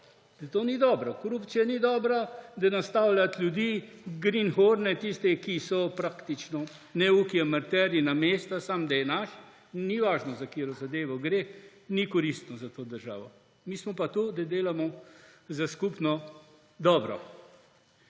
To ni dobro. Korupcija ni dobra, da nastavljati ljudi, greenhorne, tiste, ki so praktično neuki, amaterji na mesta, samo da je naš – ni važno, za katero zadevo gre – ni koristno za to državo. Mi smo pa tukaj, da delamo za skupno dobro.